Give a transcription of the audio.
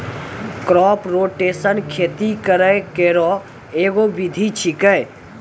crop rotation खेती करै केरो एगो विधि छिकै